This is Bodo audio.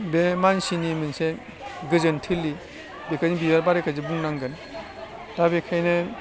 बे मानसिनि मोनसे गोजोनथिलि बेखायनो बिबार बारिखौ जे बुंनांगोन दा बेखायनो